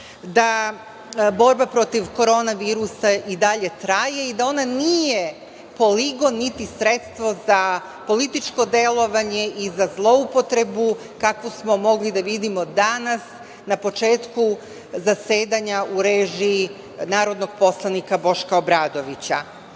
da borba protiv Koronavirusa i dalje traje i da ona nije poligon, niti sredstvo za političko delovanje i za zloupotrebu kakvu smo mogli da vidimo danas na početku zasedanja u režiji narodnog poslanika Boška Obradovića. Ko